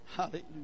Hallelujah